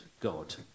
God